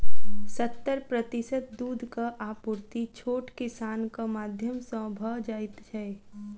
सत्तर प्रतिशत दूधक आपूर्ति छोट किसानक माध्यम सॅ भ जाइत छै